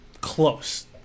close